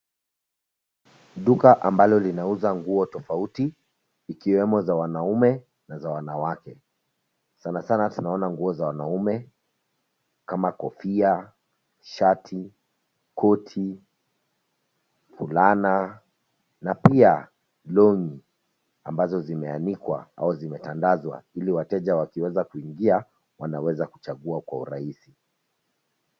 Duka ambalo linauza nguo tofauti ,ikiwemo za wanaume na za wanawake. Sana sana tunaona nguo za wanaume kama kofia, shati, koti, fulana na pia longi ambazo zimeanikwa au zimetandazwa ili wateja wakiweza kuingia wanaweza kuchagua kwa urahisi.